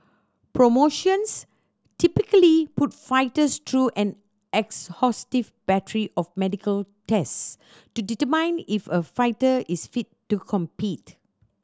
promotions typically put fighters through an exhaustive battery of medical tests to determine if a fighter is fit to compete